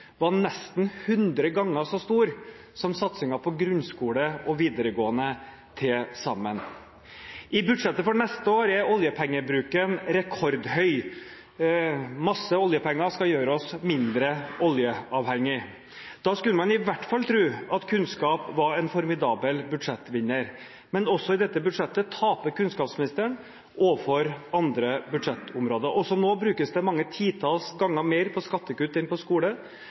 var nesten hundre ganger så stor som satsingen på grunnskole og videregående til sammen. I budsjettet for neste år er oljepengebruken rekordhøy, masse oljepenger skal gjøre oss mindre oljeavhengig. Da skulle man i hvert fall tro at kunnskap var en formidabel budsjettvinner. Men også i dette budsjettet taper kunnskapsministeren overfor andre budsjettområder. Også nå brukes det mange titalls ganger mer på skattekutt enn på skole